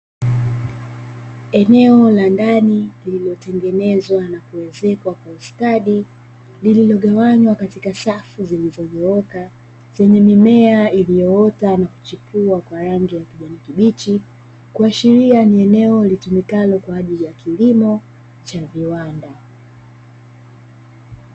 Eneo la ndani liliotengenezwa na kuezekwa kwa ustadi, lililogawanywa katika safu zilizonyooka, zenye mimea iliyoota na kuchipua kwa rangi ya kijani kibichi, kuashiria ni eneo litumikalo kwa ajili ya kilimo cha viwanda.